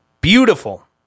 beautiful